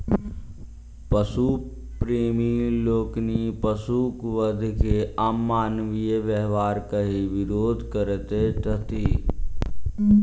पशु प्रेमी लोकनि पशुक वध के अमानवीय व्यवहार कहि विरोध करैत छथि